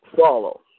follow